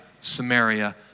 Samaria